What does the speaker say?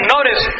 Notice